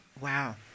wow